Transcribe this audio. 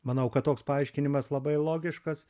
manau kad toks paaiškinimas labai logiškas